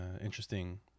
interesting